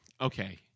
okay